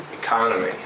Economy